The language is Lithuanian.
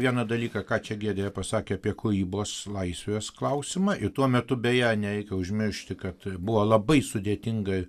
vieną dalyką ką čia giedrė pasakė apie kūrybos laisvės klausimą ir tuo metu beje nereikia užmiršti kad buvo labai sudėtinga